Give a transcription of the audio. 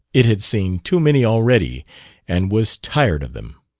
it had seen too many already and was tired of them.